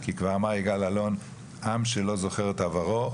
כי כבר אמר יגאל אלון: עם שאינו יודע את עברו,